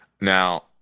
Now